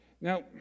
Now